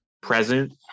present